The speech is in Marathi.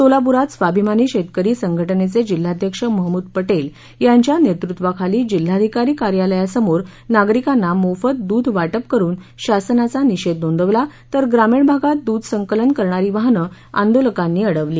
सोलापुरात स्वाभिमानी शेतकरी संघटनेचे जिल्हाध्यक्ष महमूद पटेल यांच्या नेतृत्वाखाली जिल्हाधिकारी कार्यालयासमोर नागरिकांना मोफत दूध वाटप करुन शासनाचा निषेध नोंदवला तर ग्रामीण भागात दूध संकलन करणारी वाहनं आंदोलकांनी अडवली